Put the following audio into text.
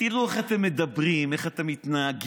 תראו איך אתם מדברים, איך אתם מתנהגים.